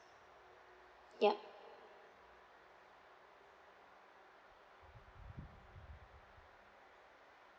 yup